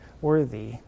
worthy